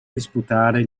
disputare